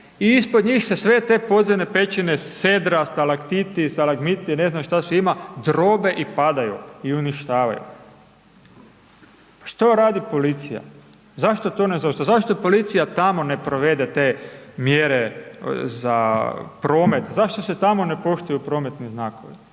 i ispod njih se sve te podzemne pećine sedra, stalaktiti, stalagmiti, ne znam šta sve ima, drobe i padaju i uništavaju. Što radi policija, zašto to ne zaustavi, zašto policija tamo ne provede te mjere za promet, zašto se tamo ne poštuju prometni znakovi?